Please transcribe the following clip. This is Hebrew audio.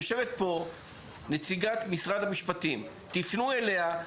יושבת פה נציגת משרד המשפטים תפנו אליה,